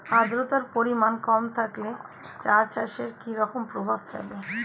আদ্রতার পরিমাণ কম থাকলে চা চাষে কি রকম প্রভাব ফেলে?